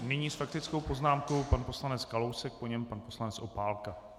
Nyní s faktickou poznámkou pan poslanec Kalousek, po něm pan poslanec Opálka.